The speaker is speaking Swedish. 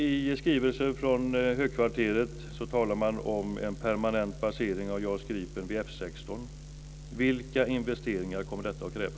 I skrivelsen från högkvarteret talar man om en permanent basering av JAS Gripen vid F 16. Vilka investeringar kommer detta att kräva?